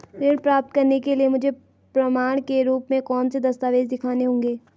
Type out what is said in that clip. ऋण प्राप्त करने के लिए मुझे प्रमाण के रूप में कौन से दस्तावेज़ दिखाने होंगे?